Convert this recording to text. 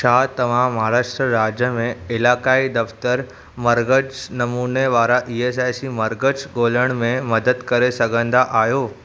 छा तव्हां महाराष्ट्र राज्य में इलाक़ाई दफ़्तरु मर्कज़ नमूने वारा ईएसआइसी मर्कज़ ॻोल्हण में मददु करे सघंदा आहियो